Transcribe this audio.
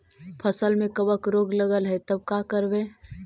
फसल में कबक रोग लगल है तब का करबै